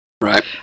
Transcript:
Right